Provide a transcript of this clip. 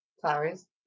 Flowers